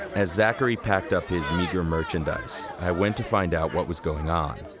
as zachary packed up his meager merchandise, i went to find out what was going on.